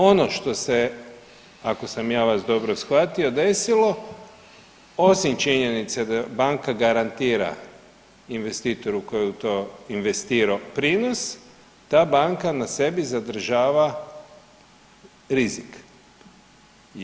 Ono što se ako sam vas ja dobro shvatio desilo osim činjenice da banka garantira investitoru koji je u to investirao prinos ta banka na sebi zadržava rizik.